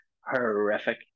horrific